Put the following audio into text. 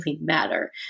matter